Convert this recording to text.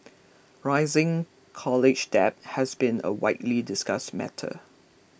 rising college debt has been a widely discussed matter